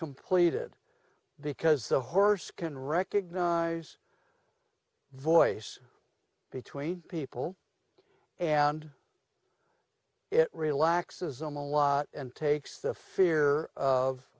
completed because the horse can recognize voice between people and it relaxes them a lot and takes the fear of